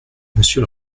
monsieur